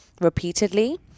repeatedly